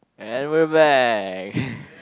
and we're back